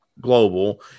global